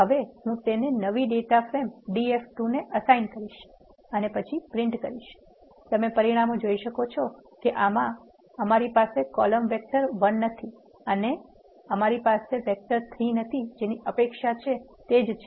હવે હું તેને નવી ડેટા ફ્રેમ df2 ને એસાઇન કરીશ અને પ્રિન્ટ કરું છું તમે પરિણામોમાં જોઈ શકો છો કે અમારી પાસે કોલમ વેક્ટર 1 નથી અને અમારી પાસે વેક્ટર 3 નથી જેની અપેક્ષા છે તે જ છે